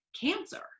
cancer